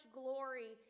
glory